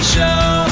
Show